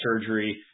surgery